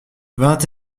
vingt